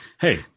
hey